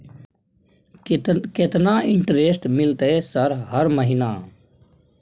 केतना इंटेरेस्ट मिलते सर हर महीना?